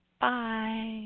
Bye